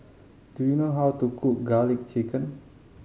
do you know how to cook Garlic Chicken